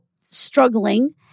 struggling